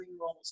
roles